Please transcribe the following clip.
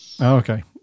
Okay